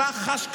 אתה חש כמוני,